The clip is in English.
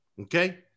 Okay